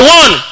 one